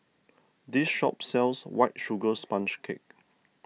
this shop sells White Sugar Sponge Cake